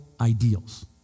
ideals